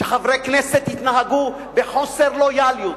שחברי כנסת יתנהגו בחוסר לויאליות,